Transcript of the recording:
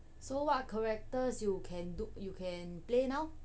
so what characters you can do you can play now